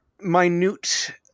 minute